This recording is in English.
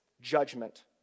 judgment